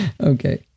Okay